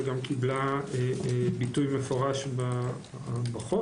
שגם קיבלה ביטוי מפורש בחוק,